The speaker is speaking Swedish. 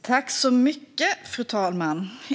Fru talman!